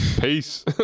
Peace